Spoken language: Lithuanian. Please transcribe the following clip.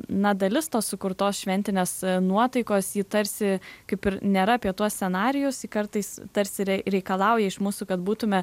na dalis tos sukurtos šventinės nuotaikos ji tarsi kaip ir nėra apie tuos scenarijus ji kartais tarsi re reikalauja iš mūsų kad būtume